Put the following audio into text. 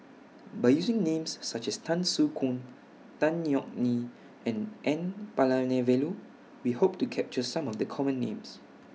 By using Names such as Tan Soo Khoon Tan Yeok Nee and N Palanivelu We Hope to capture Some of The Common Names